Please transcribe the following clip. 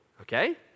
okay